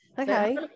Okay